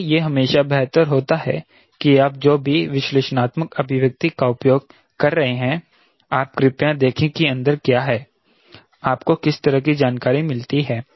इसलिए यह हमेशा बेहतर होता है कि आप जो भी विश्लेषणात्मक अभिव्यक्ति का उपयोग कर रहे हैं आप कृपया देखें कि अंदर क्या है आपको किस तरह की जानकारी मिलती है